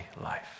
life